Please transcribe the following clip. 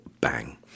Bang